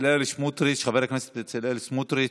חבר הכנסת בצלאל סמוטריץ'